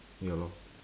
ya lor